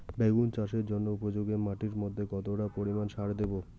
বেগুন চাষের জন্য উপযোগী মাটির মধ্যে কতটা পরিমান সার দেব?